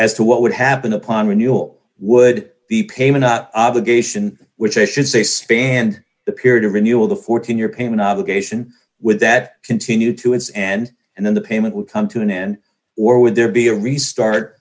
as to what would happen upon renewal would the payment obligation which i should say spanned the period of renewal the fourteen year payment obligation would that continue to as and and then the payment would come to an end or would there be a restart